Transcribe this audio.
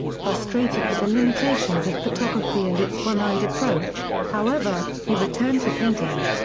frustrated with the limitations of photography and its one eyed approach, however, he returned to painting.